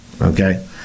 okay